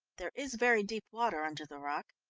there is very deep water under the rock,